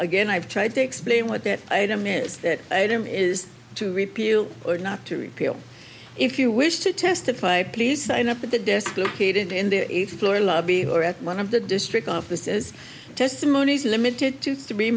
again i've tried to explain what that item is that them is to repeal or not to repeal if you wish to testify please sign up at the desk located in the eighth floor lobby or at one of the district offices testimonies are limited to three